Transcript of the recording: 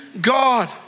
God